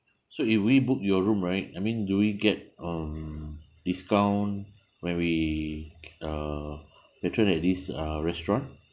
so if we book your room right I mean do we get um discount when we uh patron at this uh restaurant